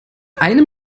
einem